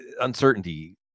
uncertainty